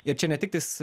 ir čia ne tiktais